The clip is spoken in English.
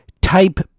type